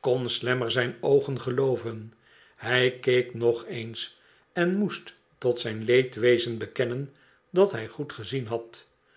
kon slammer zijn oogen gelooven hij keek nog eens en most tot zijn leedwezen bekennen dat hij goed gezien had